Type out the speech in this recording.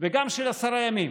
וגם של עשרה ימים,